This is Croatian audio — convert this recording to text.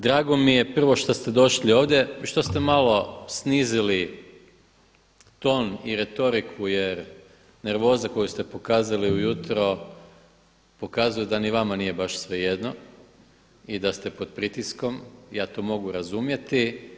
Drago mi je šta ste prvo došli ovdje i što ste malo snizili ton i retoriku jer nervoza koju ste pokazali ujutro pokazuje da ni vama nije baš svejedno i da ste pod pritiskom, ja to mogu razumjeti.